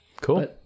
Cool